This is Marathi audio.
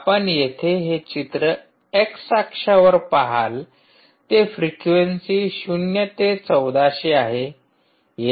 आपण येथे हे चित्र एक्स अक्षावर पहाल ते फ्रिक्वेंसी 0 ते 1400 आहे